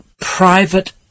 private